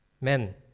men